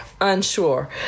unsure